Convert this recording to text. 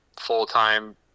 full-time